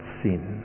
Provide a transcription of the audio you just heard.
sin